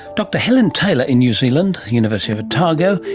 dr helen taylor in new zealand, the university of otago,